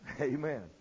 Amen